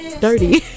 dirty